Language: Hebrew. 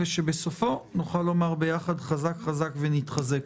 ושבסופו נוכל לומר ביחד "חזק חזק ונתחזק".